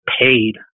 paid